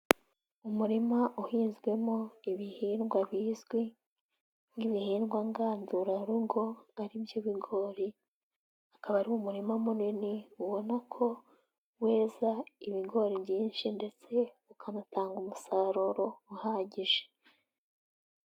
Umurima uhinzwemo ibihingwa bizwi nk'ibihingwa ngandurarugo ari byo bigori, akaba ari umurima munini ubona ko weza ibigori byinshi ndetse ukanatanga umusaruro uhagije.